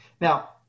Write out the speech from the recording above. Now